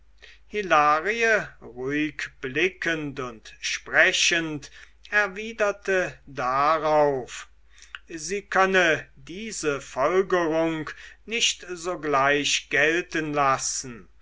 ruhig blickend und sprechend erwiderte darauf sie könne diese folgerung nicht sogleich gelten lassen